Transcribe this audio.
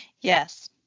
Yes